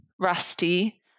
Rusty